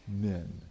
men